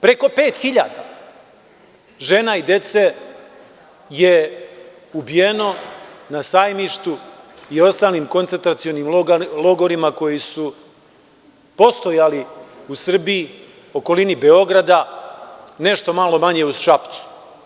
Preko 5.000 žena i dece je ubijeno na Sajmištu i ostalim koncentracionim logorima koji su postojali u Srbiji, u okolini Beograda, nešto malo manje u Šapcu.